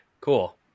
cool